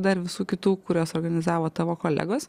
dar visų kitų kuriuos organizavo tavo kolegos